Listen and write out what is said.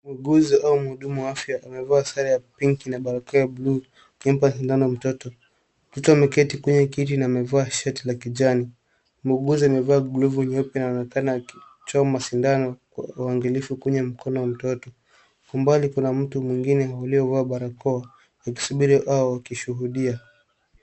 Muuguzi au mhudumu wa afya, amevaa sare ya pinki na barakoa ya bluu, akimpa sindano mtoto. Mtoto ameketi kwenye kiti na amevaa shati la kijani. Muuguzi amevaa glavu nyeupe na anaonekana akichoma sindano, kwa uangalifu kwenye mkono wa mtoto. Kwa umbali kuna mtu mwingine aliyevaa barakoa, akisubiri au akishuhudia.